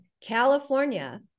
California